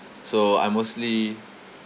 so I mostly